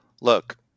look